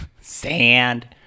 sand